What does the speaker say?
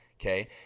Okay